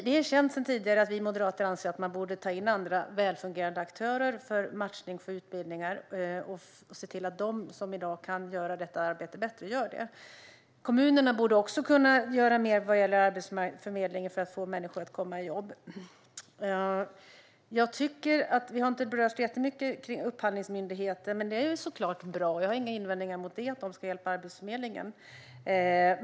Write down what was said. Det är känt sedan tidigare att vi moderater anser att man borde ta in andra, välfungerande, aktörer för matchning till utbildningar och se till att de som i dag kan göra detta arbete bättre får göra det. Kommunerna borde också kunna göra mer vad gäller arbetsförmedling för att kunna få människor att komma i jobb. Vi har inte berört Upphandlingsmyndigheten så mycket, men jag tycker såklart att det är bra att de ska hjälpa Arbetsförmedlingen. Jag har inga invändningar mot det.